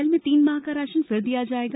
अप्रैल में तीन माह का राशन फिर दिया जाएगा